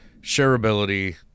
shareability